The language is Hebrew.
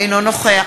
אינו נוכח